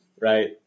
right